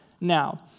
now